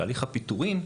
שהליך הפיטורים,